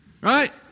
right